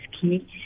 key